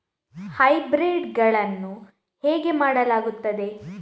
Hybrid ಗಳನ್ನು ಹೇಗೆ ಮಾಡಲಾಗುತ್ತದೆ?